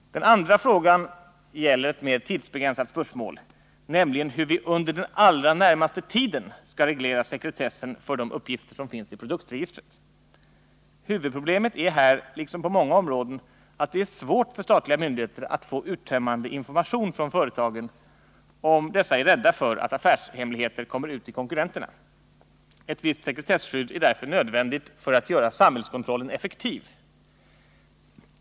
Den andra frågan gäller ett mer tidsbegränsat spörsmål, nämligen hur vi under den allra närmaste tiden skall reglera sekretessen för de uppgifter som finns i produktregistret. Huvudproblemet är här liksom på många områden att det är svårt för statliga myndigheter att få uttömmande information från företagen, om dessa är rädda för att affärshemligheter kommer ut till konkurrenterna. Ett visst sekretesskydd är därför nödvändigt för att göra samhällskontrollen effektiv.